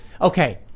okay